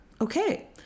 Okay